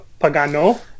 Pagano